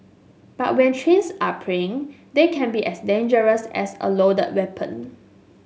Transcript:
but when trains are plying they can be as dangerous as a loaded weapon